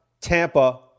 Tampa